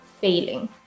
failing